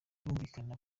kumvikana